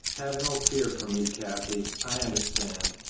have no fear for me, kathie. i understand.